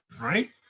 right